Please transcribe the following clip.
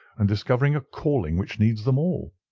and discovering a calling which needs them all,